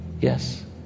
Yes